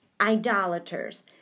idolaters